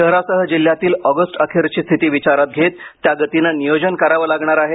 शहरासह जिल्हयातील ऑगस्ट अखेरची स्थिती विचारात घेत त्या गतीने नियोजन करावे लागणार आहे